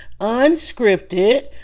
unscripted